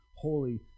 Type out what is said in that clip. holy